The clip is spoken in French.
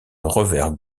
revers